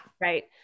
Right